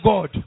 God